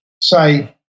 say